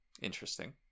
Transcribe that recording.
Interesting